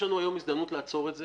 יש לנו היום הזדמנות לעצור את זה,